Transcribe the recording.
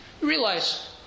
Realize